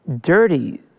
Dirty